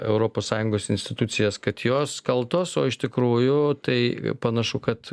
europos sąjungos institucijas kad jos kaltos o iš tikrųjų tai panašu kad